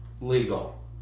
legal